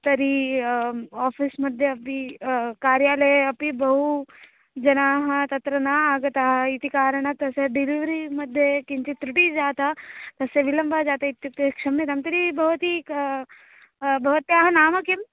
तर्हि आफ़ीस्मध्ये अपि कार्यालये अपि बहु जनाः तत्र न आगताः इति कारणात् तस्य डिल्वरिमध्ये किञ्चित् तृटी जाता तस्य विलम्बः जातः इत्युक्ते क्षम्यतां तर्हि भवती का भवत्याः नाम किम्